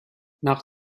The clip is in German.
nach